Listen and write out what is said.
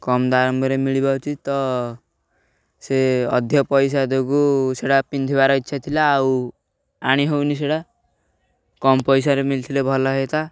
କମ୍ ଦାମ୍ରେ ମିଳିବା ଉଚିତ ତ ସେ ଅଧିକ ପଇସା ଯୋଗୁ ସେଇଟା ପିନ୍ଧିବାର ଇଚ୍ଛା ଥିଲା ଆଉ ଆଣି ହଉନି ସେଇଟା କମ୍ ପଇସାରେ ମିଳିଥିଲେ ଭଲ ହେଇତା